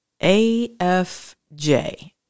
AFJ